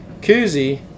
Koozie